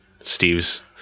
Steve's